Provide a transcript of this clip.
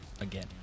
again